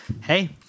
hey